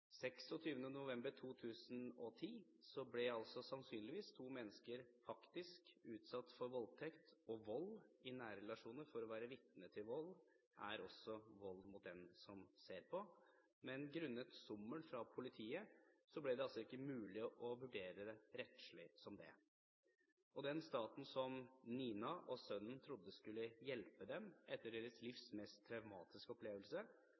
november 2010 ble altså sannsynligvis to mennesker faktisk utsatt for voldtekt og vold i nære relasjoner, for å være vitne til vold er også vold mot den som ser på, men grunnet sommel fra politiet ble det ikke mulig å vurdere dette rettslig som det. Den staten som Nina og sønnen trodde skulle hjelpe dem etter deres livs mest traumatiske opplevelse,